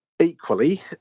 equally